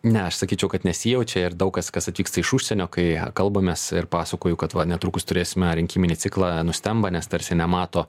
ne aš sakyčiau kad nesijaučia ir daug kas kas atvyksta iš užsienio kai kalbamės ir pasakoju kad va netrukus turėsime rinkiminį ciklą nustemba nes tarsi nemato